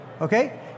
Okay